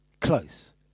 Close